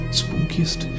spookiest